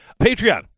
Patreon